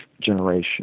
generation